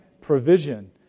provision